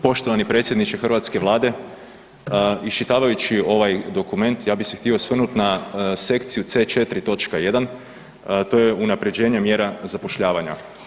Poštovani predsjedniče hrvatske Vlade, iščitavajući ovaj dokument, ja bi se htio osvrnut na sekciju C4 točka 1., to je unaprjeđenje mjera zapošljavanja.